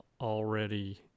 already